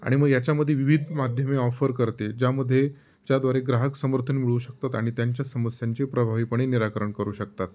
आणि मग याच्यामध्ये विविध माध्यमे ऑफर करते ज्यामध्ये ज्याद्वारे ग्राहक समर्थन मिळू शकतात आणि त्यांच्या समस्यांची प्रभावीपणे निराकरण करू शकतात